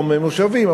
או ממושבים,